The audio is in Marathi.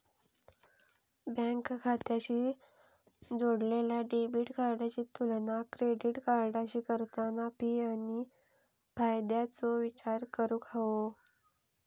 बँक खात्याशी जोडलेल्या डेबिट कार्डाची तुलना क्रेडिट कार्डाशी करताना फी आणि फायद्याचो विचार करूक हवो